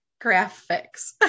graphics